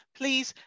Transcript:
please